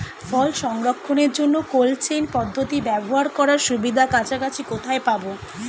ফল সংরক্ষণের জন্য cold chain পদ্ধতি ব্যবহার করার সুবিধা কাছাকাছি কোথায় পাবো?